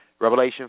Revelation